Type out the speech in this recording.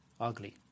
ugly